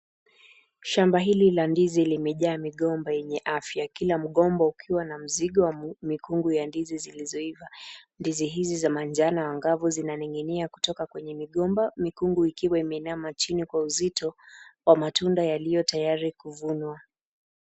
Shamba hili la ndizi imejaa migomba yenye afya kila mgomba ukiwa na mzigo wa mikungu ya ndizi zilizoiva, ndizi hizi za manjano angavu zinaning'inia kutoka kwenye migomba mikungu ikiwa imeinama chini kwa uzito wa matunda yaliyo tayari kuvunwa.